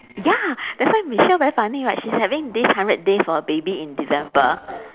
ya that's why michelle very funny right she's having this hundred days for her baby in december